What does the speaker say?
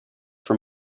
for